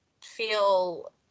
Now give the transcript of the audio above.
feel